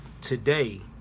today